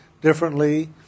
differently